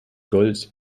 gold